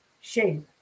shape